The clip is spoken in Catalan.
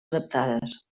adaptades